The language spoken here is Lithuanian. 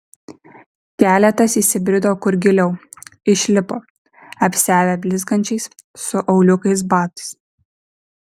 keletas įsibrido kur giliau išlipo apsiavę blizgančiais su auliukais batais